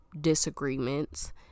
disagreements